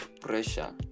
pressure